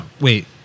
wait